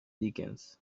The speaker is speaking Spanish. dickens